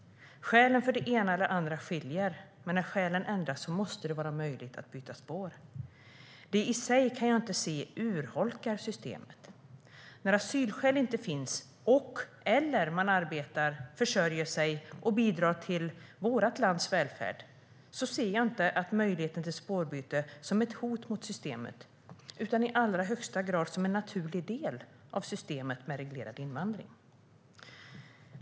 Skälen för det ena eller det andra skiljer sig åt. Men när skälen ändras måste det vara möjligt att byta spår. Jag kan inte se att det i sig urholkar systemet. När asylskäl inte finns och man arbetar, försörjer sig och bidrar till vårt lands välfärd ser jag inte möjligheten till spårbyte som ett hot mot systemet utan i allra högsta grad som en naturlig del av systemet med reglerad invandring.